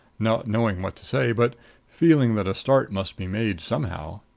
not knowing what to say, but feeling that a start must be made somehow.